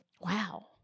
Wow